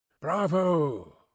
Bravo